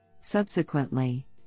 Subsequently